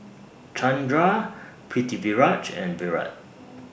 Chandra Pritiviraj and Virat